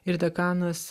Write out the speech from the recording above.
ir dekanas